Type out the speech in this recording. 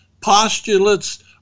Postulates